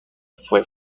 fue